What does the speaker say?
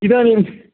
इदानीम्